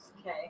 Okay